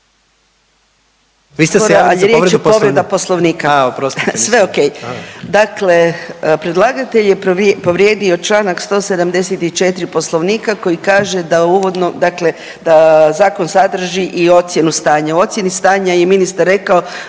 Vi ste se javili za povredu poslovnika?